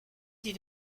die